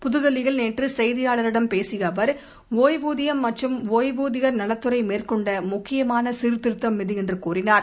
புதுதில்லியில் நேற்று செய்தியாளர்களிடம் பேசிய அவர் ஓய்வூதியம் மற்றும் ஓய்வூதியர் நலத்துறை மேற்கொண்ட முக்கியமான சீர்திருத்தம் இது என்று கூறினார்